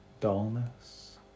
dullness